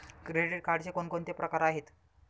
Credit कार्डचे कोणकोणते प्रकार आहेत?